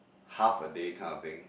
half a day kind of thing